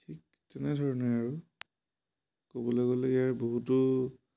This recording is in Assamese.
ঠিক তেনেধৰণে আৰু ক'বলৈ গ'লে ইয়াৰ বহুতো